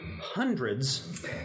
hundreds